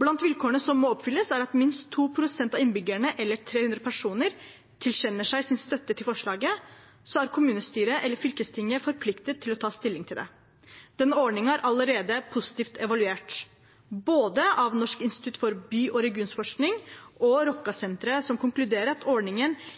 Blant vilkårene som må oppfylles, er at minst 2 pst. av innbyggerne eller 300 personer tilkjennegir sin støtte til forslaget. Da er kommunestyret eller fylkestinget forpliktet til å ta stilling til det. Denne ordningen er allerede positivt evaluert av både Norsk institutt for by- og regionforskning og Rokkansenteret, som konkluderer med at ordningen ikke er en belastning for fylkesting eller kommuner, og ikke minst av lokalpolitikere som er blitt spurt i undersøkelsen, der hele 67 pst. mente at ordningen